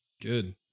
Good